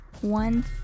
one